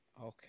okay